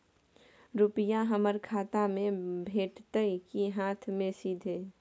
रुपिया हमर खाता में भेटतै कि हाँथ मे सीधे?